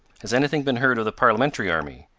has any thing been heard of the parliamentary army?